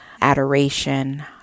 adoration